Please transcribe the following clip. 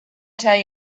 tell